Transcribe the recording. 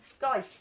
guys